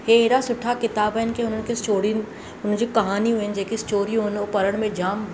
हे अहिड़ा सुठा किताब आहिनि के हुननि खे स्टोरिनि हुन जी कहानियूं आहिनि स्टोरियूं आहिनि उहे पढ़ण में जामु